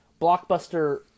blockbuster